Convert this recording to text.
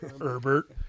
Herbert